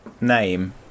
name